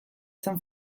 zen